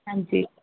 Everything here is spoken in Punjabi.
ਹਾਂਜੀ